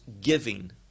giving